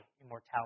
immortality